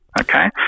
okay